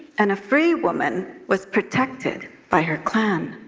and a free woman was protected by her clan.